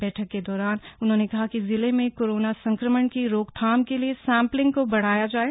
बैठक के दौरान उन्होंने कहा कि जिले में कोरोना संक्रमण की रोकथाम के लिए सैम्पलिंग को बढ़ाया जाये